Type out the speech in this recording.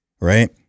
right